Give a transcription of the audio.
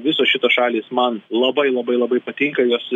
visos šitos šalys man labai labai labai patinka jos